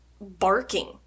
barking